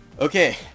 Okay